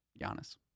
Giannis